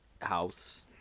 house